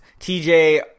TJ